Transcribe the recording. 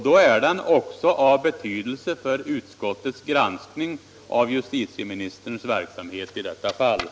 Då är den också av betydelse för utskottets granskning av justitieministerns verksamhet i detta ärende.